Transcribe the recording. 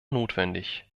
notwendig